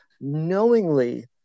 knowingly